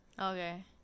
Okay